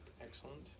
Excellent